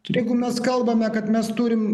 tai jeigu mes kalbame kad mes turim